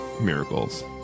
Miracles